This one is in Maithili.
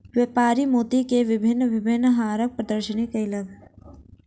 व्यापारी मोती के भिन्न भिन्न हारक प्रदर्शनी कयलक